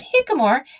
Hickamore